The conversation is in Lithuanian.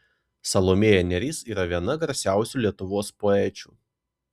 salomėja nėris yra viena garsiausių lietuvos poečių